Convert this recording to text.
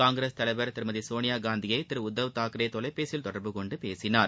காங்கிரஸ் தலைவர் திருமதி சோனியா காந்தியை திரு உத்தவ் தாக்ரே தொலைபேசியில் தொடர்பு கொண்டு பேசினார்